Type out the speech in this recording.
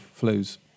flus